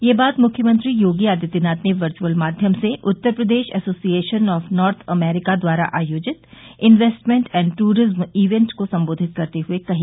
यह बात मुख्यमंत्री योगी आदित्यनाथ ने वर्चुअल माध्यम से Uttar Pradesh association of north America द्वारा आयोजित इंवेस्टमेंट एण्ड टूरिज्म ईवेंट को संबोधित करते हुए कही